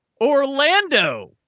orlando